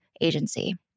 agency